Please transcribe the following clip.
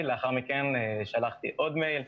יהיה לנו את משרד האוצר ונשמע את זה מהם באופן מסודר.